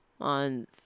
on